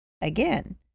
again